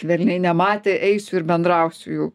velniai nematė eisiu ir bendrausiu